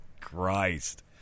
Christ